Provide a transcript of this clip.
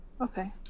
Okay